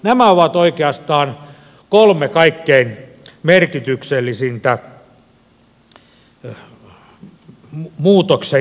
nämä ovat oikeastaan kolme kaikkein merkityksellisintä muutoksien vaalia